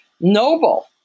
noble